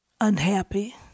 unhappy